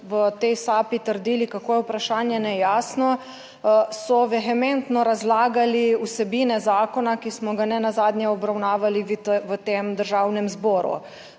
v tej sapi trdili, kako je vprašanje nejasno, so vehementno razlagali vsebine zakona, ki smo ga nenazadnje obravnavali v tem Državnem zboru.